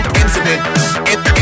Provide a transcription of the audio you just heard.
incident